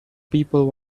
people